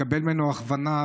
לקבל ממנו הכוונה,